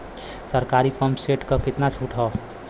सरकारी pump set प कितना छूट हैं?